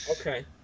Okay